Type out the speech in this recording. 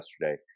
yesterday